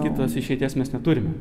kitos išeities mes neturime